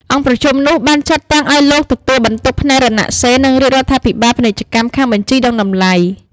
អង្គប្រជុំនោះ បានចាត់តាំងឱ្យលោកទទួលបន្ទុកផ្នែករណសិរ្ស និងរាជរដ្ឋាភិបាលពាណិជ្ជកម្មខាងបញ្ជី និងតម្លៃ ។